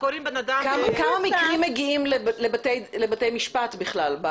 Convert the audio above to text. קוראים לבן אדם --- כמה מקרים מגיעים לבתי משפט בכלל?